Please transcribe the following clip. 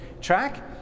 track